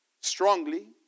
Strongly